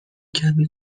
کمی